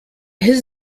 his